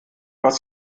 was